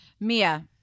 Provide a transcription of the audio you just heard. Mia